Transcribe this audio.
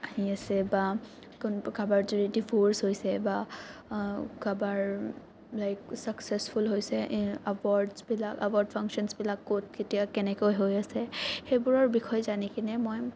আহি আছে বা কোন কাৰোবাৰ যদি ডিভৰ্চ হৈছে বা কাৰোবাৰ লাইক চাকচেছফুল হৈছে এৱাৰ্ডচবিলাক এৱাৰ্ড ফাংশ্যনচবিলাক ক'ত কেতিয়া কেনেকৈ হৈ আছে সেইবোৰৰ বিষয়ে জানি কিনে মই